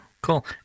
cool